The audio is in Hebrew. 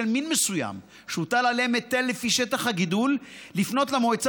מין מסוים שהוטל עליהם היטל לפי שטח הגידול לפנות למועצה